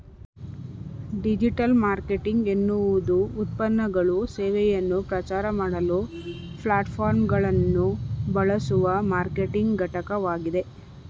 digital marketing ಎನ್ನುವುದುಉತ್ಪನ್ನಗಳು ಸೇವೆಯನ್ನು ಪ್ರಚಾರಮಾಡಲು ಪ್ಲಾಟ್ಫಾರ್ಮ್ಗಳನ್ನುಬಳಸುವಮಾರ್ಕೆಟಿಂಗ್ಘಟಕವಾಗಿದೆ